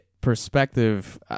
perspective